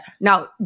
Now